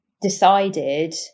decided